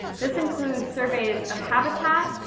this includes surveys of habitat,